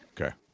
Okay